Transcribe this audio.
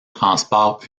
transport